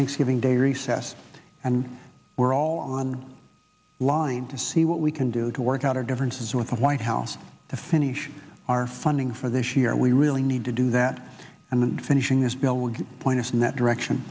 thanksgiving day recess and we're all on line to see what we can do to work out our differences with the white house to finish our funding for this year we really need to do that and finishing this bill would point us in that direction